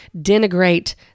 denigrate